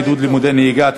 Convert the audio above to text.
עידוד לימודי נהיגה),